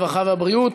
הרווחה והבריאות.